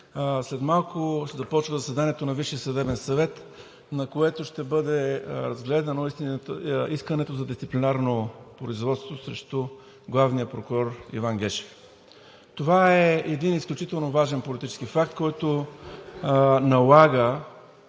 След малко започва заседанието на Висшия съдебен съвет, на което ще бъде разгледано искането за дисциплинарно производство срещу главния прокурор Иван Гешев. Това е един изключително важен политически факт, който налага